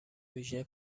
ویژهی